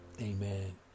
Amen